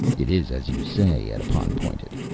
it is as you say, edipon pointed.